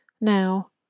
Now